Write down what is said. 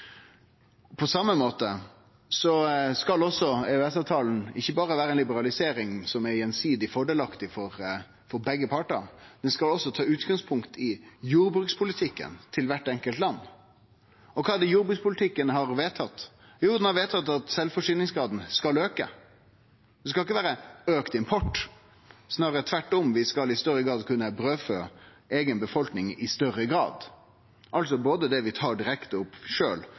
på gjensidig fordelaktig basis. På same måte skal EØS-avtalen ikkje berre vere ei liberalisering som er gjensidig fordelaktig for begge partar. Han skal også ta utgangspunkt i jordbrukspolitikken til kvart enkelt land. Og kva er det jordbrukspolitikken har vedtatt? Jo, han har vedtatt at sjølvforsyningsgraden skal auke. Det skal ikkje vere auka import – snarare tvert om. Vi skal i større grad kunne brødfø eiga befolkning, både det vi tar direkte opp